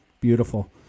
Beautiful